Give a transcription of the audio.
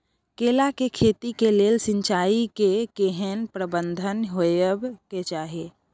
केला के खेती के लेल सिंचाई के केहेन प्रबंध होबय के चाही?